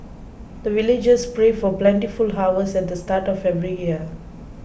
the villagers pray for plentiful harvest at the start of every year